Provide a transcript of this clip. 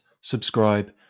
subscribe